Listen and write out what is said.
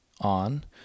on